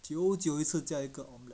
久久一次叫一个 omelette